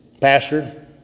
pastor